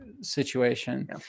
situation